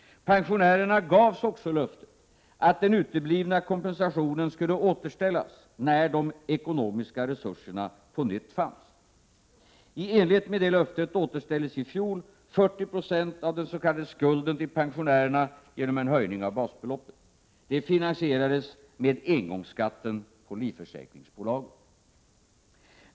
Pensionärerna gavs också löftet att den uteblivna kompensationen skulle återställas när de ekonomiska resurserna på nytt fanns. I enlighet med det löftet återställdes i fjol 40 96 av den s.k. skulden till pensionärerna genom en höjning av basbeloppet. Det finansierades med engångsskatten på livförsäkringsbolagen.